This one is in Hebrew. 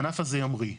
הענף הזה ימריא.